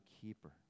keeper